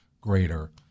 greater